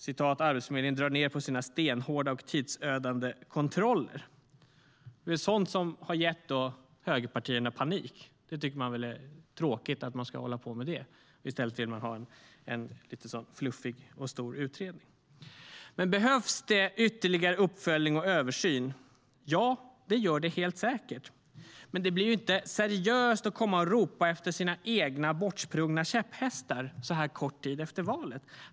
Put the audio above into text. Det står: "Arbetsförmedlingen drar ned på sina stenhårda och tidsödande kontroller." Det är sådant som har gett högerpartierna panik. Man tycker väl att det är tråkigt att man ska hålla på med det. I stället vill man ha en lite fluffig och stor utredning. Behövs det ytterligare uppföljning och översyn? Ja, det gör det helt säkert, men det blir ju inte seriöst att komma och ropa efter sina egna bortsprungna käpphästar så här kort tid efter valet.